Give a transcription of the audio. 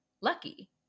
lucky